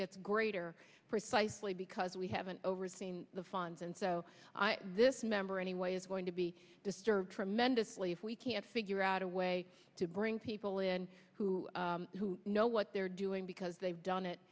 gets greater precisely because we haven't overseen the funds and so this member anyway is going to be disturbed tremendously if we can't figure out a way to bring people in who who know what they're doing because they've done it